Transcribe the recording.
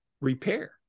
repair